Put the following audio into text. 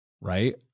right